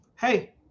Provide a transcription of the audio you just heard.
Hey